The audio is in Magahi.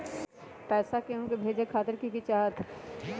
पैसा के हु के भेजे खातीर की की चाहत?